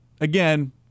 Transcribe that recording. again